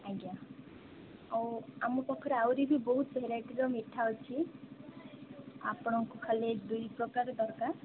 ଆଜ୍ଞା ଆଉ ଆମ ପାଖରେ ଆହୁରି ବି ବହୁତ ଭେରାଇଟ୍ର ମିଠା ଅଛି ଆପଣଙ୍କୁ ଖାଲି ଏ ଦୁଇ ପ୍ରକାର ଦରକାର